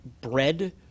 bread